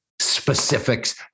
specifics